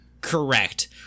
Correct